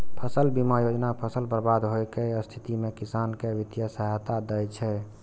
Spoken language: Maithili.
फसल बीमा योजना फसल बर्बाद होइ के स्थिति मे किसान कें वित्तीय सहायता दै छै